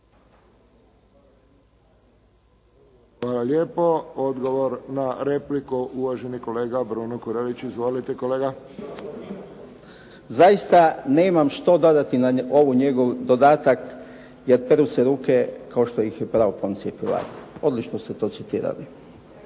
Hvala lijepo. Odgovor na repliku. Uvaženi kolega Bruno Kurelić. Izvolite kolega. **Kurelić, Bruno (SDP)** Zaista nemam što dodati na ovu njegov dodatak, jer peru se ruke kao što ih je prao Poncije Pilat. Odlično ste to citirali.